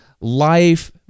life